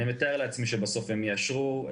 אני מתאר לעצמי שבסוף הם יאשרו.